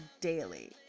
daily